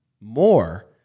more